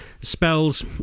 spells